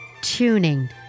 tuning